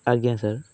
ଆଜ୍ଞା ସାର୍